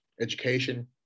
education